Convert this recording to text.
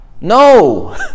no